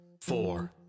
four